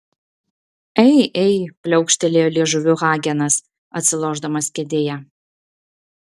ei ei pliaukštelėjo liežuviu hagenas atsilošdamas kėdėje